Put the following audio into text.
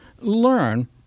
learn